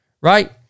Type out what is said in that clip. right